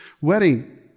wedding